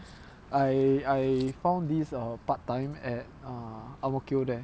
I I found this err part time at err ang mo kio there